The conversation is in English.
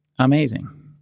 amazing